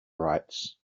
writes